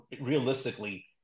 realistically